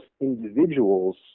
individuals